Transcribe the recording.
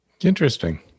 Interesting